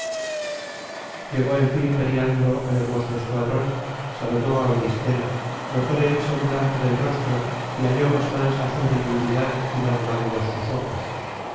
llegó en fin periandro al hermoso escuadron saludó á auristela notóle el semblante del rostro y halló más mansa su riguridad y más blandos sus ojos